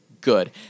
good